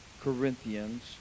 Corinthians